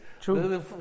true